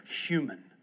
human